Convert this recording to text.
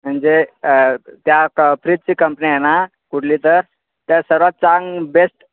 म्हणजे त्या फ्रिजची कंपनी आहे ना कुठली तर त्या सर्वात चांग बेस्ट